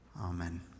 Amen